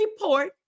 report